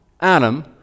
Adam